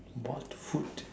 what food